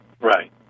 Right